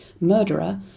murderer